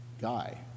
guy